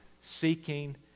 seeking